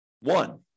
One